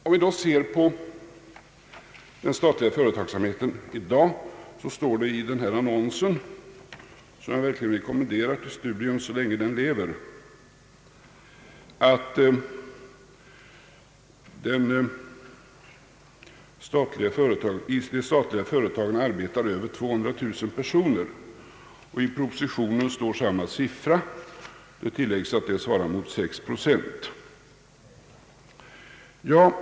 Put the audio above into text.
Om vi ser på den statliga företagsamheten i dag står det i den av mig nyss citerade annonsen, som jag verkligen vill rekommendera till studium så länge den lever, att i de statliga företagen arbetar över 200 000 personer. I propositionen står samma siffra och där tillläggs att det svarar mot 6 procent.